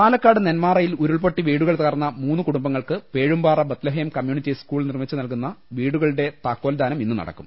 പാലക്കാട് നെന്മാറയിൽ ഉരുൾപൊട്ടി വീടുകൾ തകർന്ന് മൂന്നു കുടുംബങ്ങൾക്ക് പേഴുംമ്പാറ ബത്ലഹേം കമ്മ്യുണിറ്റി സ്കൂൾ നിർമിച്ചു നൽകുന്ന വീടുകളുടെ താക്കോൽദാനം ഇന്ന് നടക്കും